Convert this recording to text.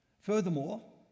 Furthermore